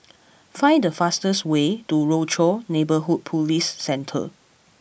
find the fastest way to Rochor Neighborhood Police Centre